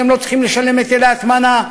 כי הם לא צריכים לשלם היטלי הטמנה,